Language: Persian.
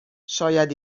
شاید